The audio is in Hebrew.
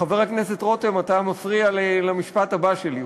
חבר הכנסת רותם, אתה מפריע למשפט הבא שלי.